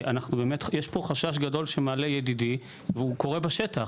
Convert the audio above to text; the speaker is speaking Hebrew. יש פה חשש גדול שמעלה ידידי רונן, והוא קורה בשטח.